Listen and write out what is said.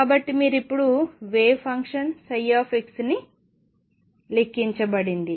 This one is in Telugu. కాబట్టి మీరు ఇప్పుడు వేవ్ ఫంక్షన్ ψ ని లెక్కించబడింది